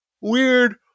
weird